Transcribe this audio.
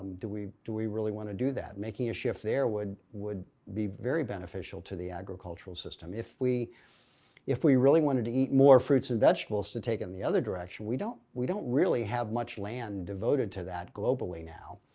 do we do we really want to do that? making a shift there would would be very beneficial to the agricultural system. if we if we really wanted to eat more fruits and vegetables to take in the other direction, we don't we don't really have much land devoted to that globally now.